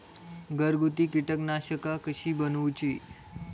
घरगुती कीटकनाशका कशी बनवूची?